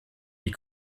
die